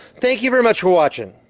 thank you very much for watching.